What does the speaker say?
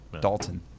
Dalton